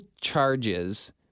charges